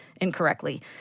incorrectly